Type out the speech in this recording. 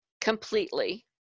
Completely